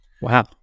Wow